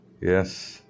Yes